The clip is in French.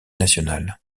nationale